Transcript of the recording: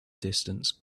distance